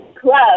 Club